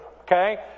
okay